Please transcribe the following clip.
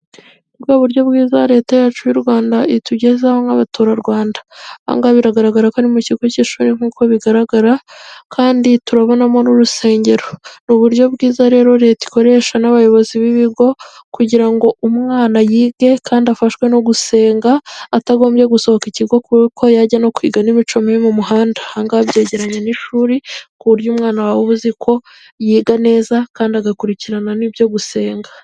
Ni bwo buryo bwiza reta yacu y'u Rwanda itugezaho nk'abaturarwanda ahangaha biragaragara ko ari mu kigo cy'ishuri nk'uko bigaragara kandi turabonamo n'urusengero .Ni uburyo bwiza rero reta ikoresha n'abayobozi b'ibigo kugira ngo umwana yige kandi afashwe no gusenga atagombye gusohoka ikigo kuko yajya no kwiga n'imico mibi mu muhanda aha ngaha byegeranya n'ishuri ku buryo umwana wawe uba uzi ko yiga neza kandi agakurikirana n'ibyo gusenga.